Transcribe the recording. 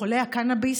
חולי הקנביס,